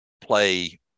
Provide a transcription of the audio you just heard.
play